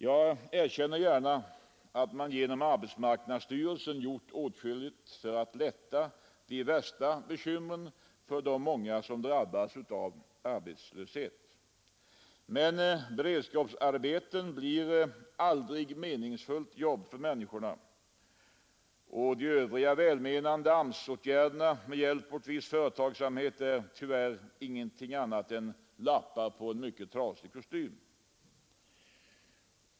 Jag erkänner gärna att man genom arbetsmarknadsstyrelsen gjort åtskilligt för att lätta de värsta bekymren för de många som drabbas av arbetslöshet. Men beredskapsarbeten blir aldrig meningsfyllda jobb för människorna, och de övriga välmenande AMS åtgärderna med hjälp åt viss företagsamhet är tyvärr ingenting annat än lappar på en mycket trasig kostym.